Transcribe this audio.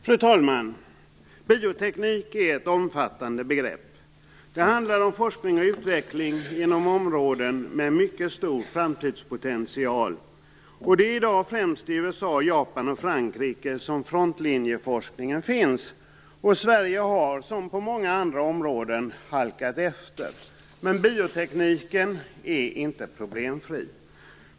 Fru talman! Bioteknik är ett omfattande begrepp. Det handlar om forskning och utveckling inom områden med mycket stor framtidspotential. Det är i dag främst i USA, Japan och Frankrike som frontlinjeforskningen finns. Sverige har som på så många andra områden halkat efter. Men biotekniken är inte problemfri.